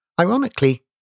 Ironically